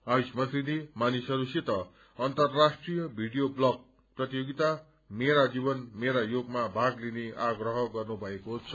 आयुष मन्त्रीले मानिसहरूसित अन्तर्राष्ट्रीय भीडियो ब्लग प्रतियोगिता मेरा जीवन मेरा योग मा भाग लिने आप्रह गर्नुभएको छ